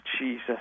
Jesus